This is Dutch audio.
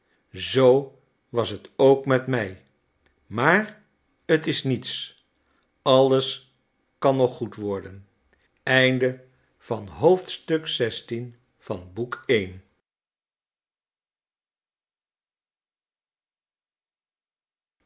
zoo was t ook met mij maar t is niets alles kan nog goed worden xvii